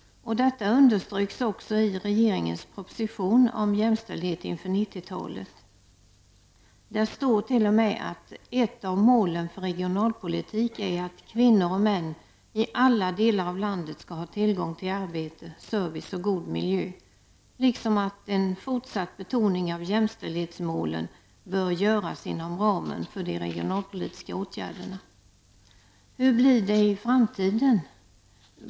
Detta underströks också i regeringens proposition om jämställdhet inför 90-talet. Där står t.o.m. att ''ett av målen för regionalpolitik är att kvinnor och män i alla delar av landet skall ha tillgång till arbete, service och god miljö''. Det står även att ''en fortsatt betoning av jämställdhetsmålen bör göras inom ramen för de regionalpolitiska åtgärderna''. Hur blir det i framtiden?